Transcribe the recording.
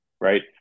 right